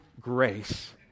grace